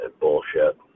bullshit